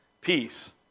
peace